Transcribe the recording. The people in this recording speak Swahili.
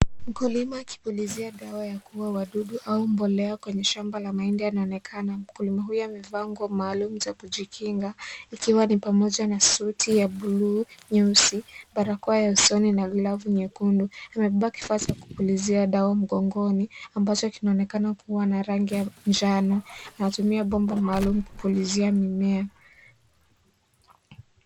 Mkulima akipulizia dawa ya kuuza wadudu au mbolea kwenye shamba ya mahindi anaonekana, mkulima huyo amevaa nguo maalum za kujikinga ikiwa ni pamoja na suti ya bluu nyeusi ,barakoa ya usoni na glavu nyekundu amebeba kifaa cha kupulizia dawa mkongoni ambacho kinaonekana kuwa na rangi ya njano. Anatumia kifaa maalum kupulizia mimea.